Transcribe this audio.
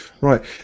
Right